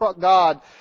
God